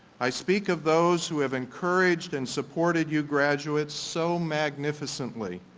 i speak of those who have encouraged and supported you graduates so magnificently,